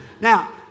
now